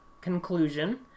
conclusion